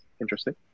interesting